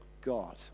God